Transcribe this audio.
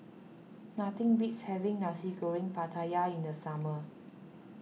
nothing beats having Nasi Goreng Pattaya in the summer